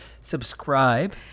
Subscribe